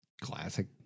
classic